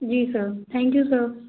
ji sir thank you sir